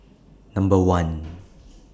Number one